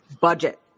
budget